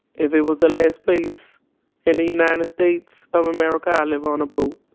if it was the last place in the united states of america, i live on a boat.